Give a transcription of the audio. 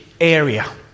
area